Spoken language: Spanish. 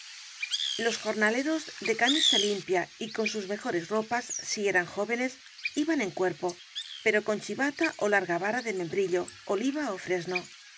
los jornaleros de camisa lim pia y con sus mejores ropas si eran jóvenes iban en cuerpo pero con chivata ó larga vara de mem brillo oliva ó fresno